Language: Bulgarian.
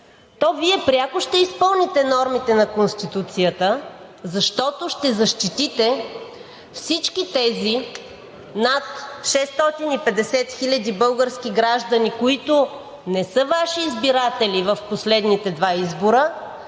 то Вие пряко ще изпълните нормите на Конституцията, защото ще защитите всички тези над 650 хиляди български граждани, които не са Ваши избиратели в последните два избора,